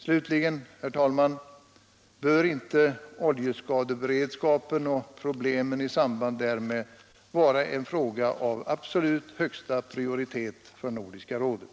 Slutligen, herr talman: Bör inte oljeskadeberedskapen och problemen i samband därmed vara en fråga av absolut högsta prioritet för Nordiska rådet?